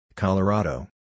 Colorado